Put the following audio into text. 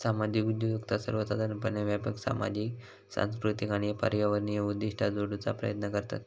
सामाजिक उद्योजकता सर्वोसाधारणपणे व्यापक सामाजिक, सांस्कृतिक आणि पर्यावरणीय उद्दिष्टा जोडूचा प्रयत्न करतत